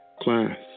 class